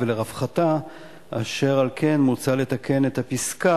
גם מגן על הצרכן,